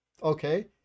okay